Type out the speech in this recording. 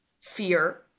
fear